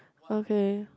okay